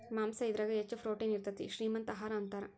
ಮಾಂಸಾ ಇದರಾಗ ಹೆಚ್ಚ ಪ್ರೋಟೇನ್ ಇರತತಿ, ಶ್ರೇ ಮಂತ ಆಹಾರಾ ಅಂತಾರ